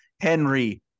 Henry